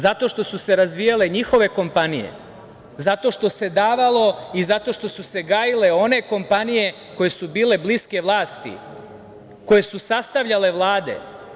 Zato što su se razvijale njihove kompanije, zato što se davalo i zato što su se gajile one kompanije koje su bile bliske vlasti, koje su sastavljale Vlade.